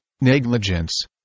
negligence